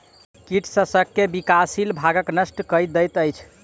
कीट शस्यक विकासशील भागक नष्ट कय दैत अछि